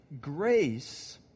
Grace